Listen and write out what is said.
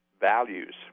values